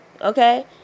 okay